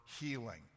healing